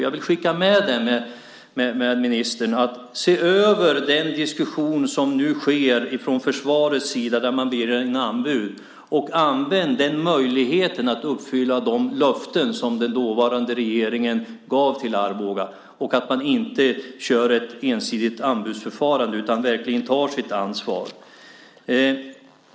Jag vill skicka med ministern att se över den diskussion som nu sker från försvarets sida där man begär in anbud, och använd möjligheten att uppfylla de löften som den dåvarande regeringen gav till Arboga. Se till att man inte kör ett ensidigt anbudsförfarande utan verkligen tar sitt ansvar.